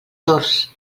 tords